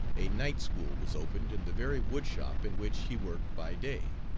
a night school was opened in the very woodshop in which he worked by day.